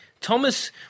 Thomas